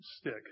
stick